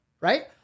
right